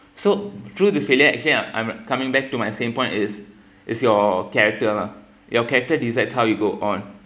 so through this failure actually I'm I'm coming back to my same point is is your character mah your character decides how you go on